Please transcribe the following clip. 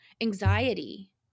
anxiety